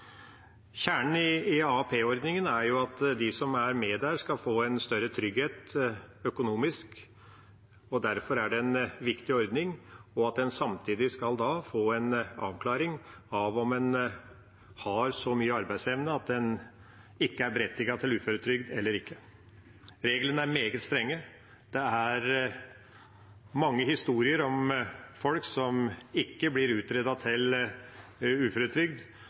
Kjernen i AAP-ordningen er at de som er med der, skal få en større trygghet økonomisk – og derfor er det en viktig ordning – og at en samtidig skal få en avklaring av om en har så mye arbeidsevne at en er berettiget til uføretrygd, eller ikke. Reglene er meget strenge. Det er mange historier om folk som ikke blir utredet til uføretrygd